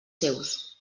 seus